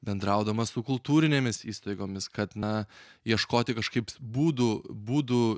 bendraudamas su kultūrinėmis įstaigomis kad na ieškoti kažkaip būdų būdų